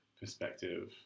perspective